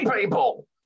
people